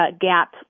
gap